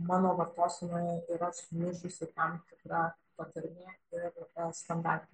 mano vartosenoje yra sumišusi tam tikra patarmė ir standartinė